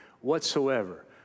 whatsoever